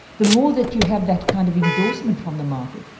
the more that you have that kind of endorsement from the market,